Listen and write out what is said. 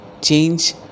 change